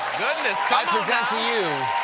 i present to you